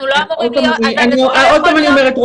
אני אומרת שוב,